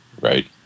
right